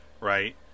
right